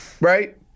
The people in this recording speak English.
Right